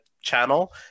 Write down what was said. channel